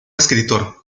escritor